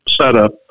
setup